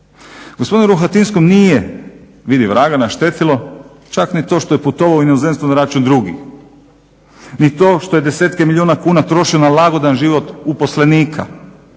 Gospodinu Rohatinskom nije, vidi vraga, naštetilo čak ni to što je putovao u inozemstvo na račun drugih, ni to što je desetke milijuna kuna trošio na lagodan život uposlenika,